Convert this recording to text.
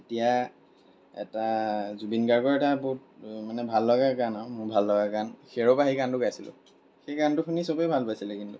তেতিয়া এটা জুবিন গাৰ্গৰ এটা বহুত মানে ভাল লগা গান আৰু মোৰ ভাল লগা গান হেৰ' বাঁহী গানটো গাইছিলোঁ সেই গানটো শুনি সবেই ভাল পাইছিলে কিন্তু